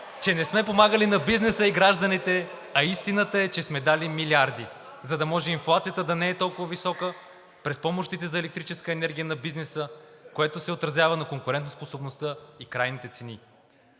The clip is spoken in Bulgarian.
че не сме помагали на бизнеса и гражданите, а истината е, че сме дали милиарди, за да може инфлацията да не е толкова висока, през помощите за електрическа енергия на бизнеса, което се отразява на конкурентоспособността и крайните цени.